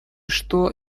что